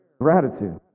gratitude